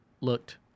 looked